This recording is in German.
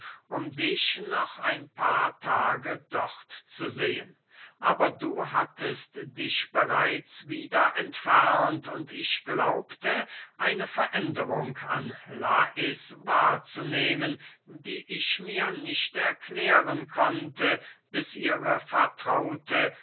um dich noch ein paar tage dort zu sehen aber du hattest dich bereits wieder entfernt und ich glaubte eine veränderung an lais wahrzunehmen die ich mir nicht erklären konnte bis ihre vertraute